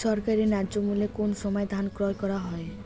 সরকারি ন্যায্য মূল্যে কোন সময় ধান ক্রয় করা হয়?